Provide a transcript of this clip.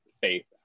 Faith